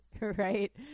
right